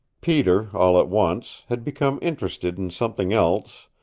peter, all at once, had become interested in something else,